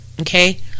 okay